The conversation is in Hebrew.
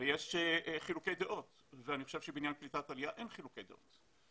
ויש חילוקי דעות אבל אני חושב שבעניין קליטת עלייה אין חילוקי דעות.